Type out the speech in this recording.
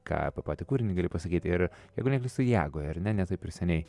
ką apie patį kūrinį gali pasakyti ir jeigu neklystu jagoj ar ne ne taip ir seniai